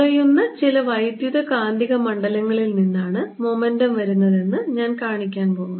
കുറയുന്ന ചില വൈദ്യുതകാന്തിക മണ്ഡലങ്ങളിൽ നിന്നാണ് മൊമെന്റം വരുന്നതെന്ന് ഞാൻ കാണിക്കാൻ പോകുന്നു